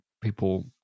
people